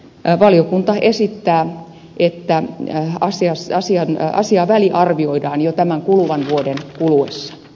valiokunta esittää että asiaa väliarvioidaan jo tämän kuluvan vuoden kuluessa